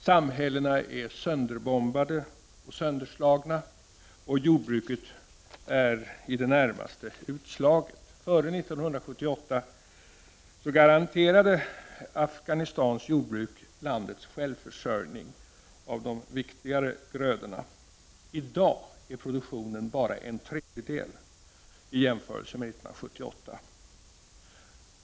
Samhällena är sönderbombade och sönderslagna, och jordbruket är i det närmaste utslaget. Före 1978 garanterade Afghanistans jordbruk landets självförsörjning av de viktigare grödorna. I dag är produktionen bara en tredjedel av vad den var 1978.